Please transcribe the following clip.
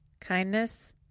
kindness